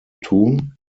tun